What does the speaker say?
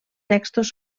textos